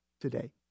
today